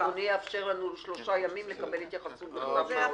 אדוני יאפשר לנו שלושה ימים לקבל התייחסות בכתב.